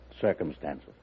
circumstances